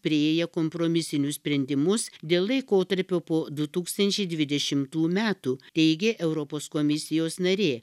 priėję kompromisinius sprendimus dėl laikotarpio po du tūkstančiai dvidešimtų metų teigė europos komisijos narė